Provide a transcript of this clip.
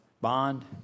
Bond